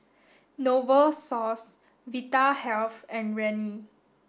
Novosource Vitahealth and Rene